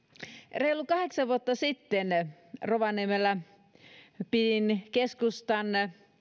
reilu kahdeksan vuotta sitten rovaniemellä pidin keskustan